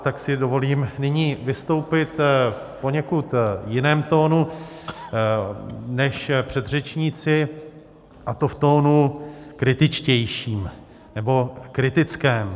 Tak si dovolím nyní vystoupit v poněkud jiném tónu než předřečníci, a to v tónu kritičtějším, nebo kritickém.